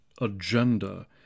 agenda